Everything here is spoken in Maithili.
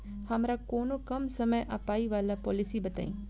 हमरा कोनो कम समय आ पाई वला पोलिसी बताई?